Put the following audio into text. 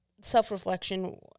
Self-reflection